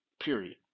Period